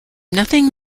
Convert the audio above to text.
nothing